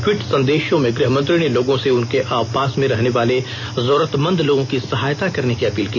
tweet संदेशों में गृहमंत्री ने लोगों से उनके पास में रहने वाले जरूरतमंद लोगों की सहायता करने की अपील की